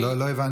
לא, לא הבנתי.